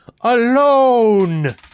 alone